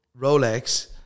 Rolex